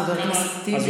חבר הכנסת טיבי,